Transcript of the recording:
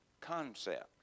concept